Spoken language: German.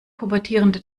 pubertierende